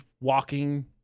walking